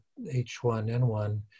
H1N1